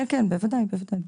כן, בוודאי.